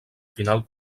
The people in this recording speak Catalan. final